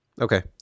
Okay